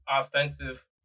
offensive